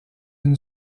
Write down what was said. une